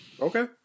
Okay